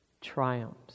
triumphs